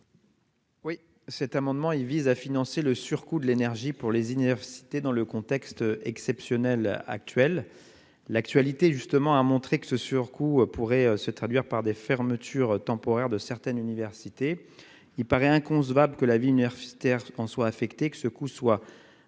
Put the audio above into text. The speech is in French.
Cet amendement vise à financer le surcoût de l'énergie pour les universités, dans le contexte exceptionnel que nous connaissons. L'actualité a montré que ce surcoût pourrait se traduire par la fermeture temporaire de certaines universités. Or il paraît inconcevable que la vie universitaire s'en trouve affectée et que ce coût soit